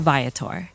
Viator